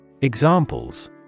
Examples